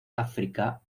áfrica